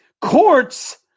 Courts